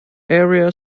area